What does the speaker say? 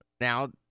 Now